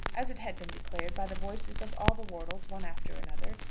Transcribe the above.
as it had been declared by the voices of all the wortles one after another,